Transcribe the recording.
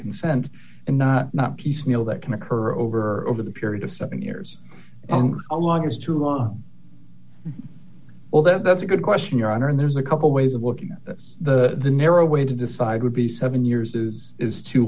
consent and not not piecemeal that can occur over over the period of seven years on a long as two law well that's a good question your honor and there's a couple ways of looking at this the narrow way to decide would be seven years is is to